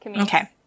Okay